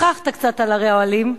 גיחכת קצת על ערי אוהלים.